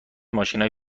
ماشینای